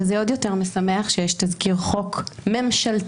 וזה עוד יותר משמח שיש תזכיר חוק ממשלתי.